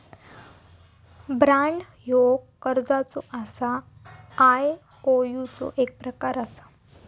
bond ह्यो कर्जाचो किंवा आयओयूचो एक प्रकार असा